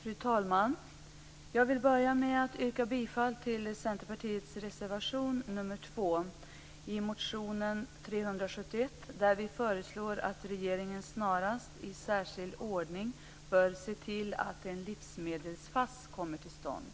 Fru talman! Jag vill börja med att yrka bifall till Centerpartiets reservation nr 2. I motion So371 föreslår vi att regeringens snarast i särskild ordning bör se till att en livsmedels-FASS kommer till stånd.